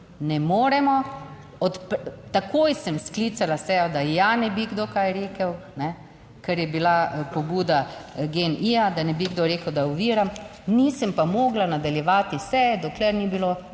Ne moremo, takoj sem sklicala sejo, da ja ne bi kdo kaj rekel, ne, ker je bila pobuda GEN-I, da ne bi kdo rekel, da oviram, nisem pa mogla nadaljevati seje, dokler ni bilo